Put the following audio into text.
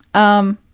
um,